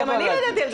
גם אני לא ידעתי על זה.